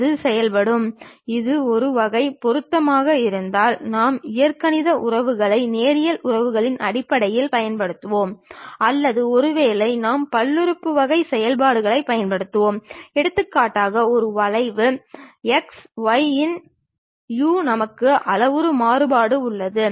எனவே செங்குத்து என்ற வார்த்தையை நாம் தவிர்த்து விடுவோம் ஏனென்றால் இது செங்குத்தாக இல்லை இது கிடைமட்ட தளத்துடன் β என்ற கோணத்தில் உள்ளது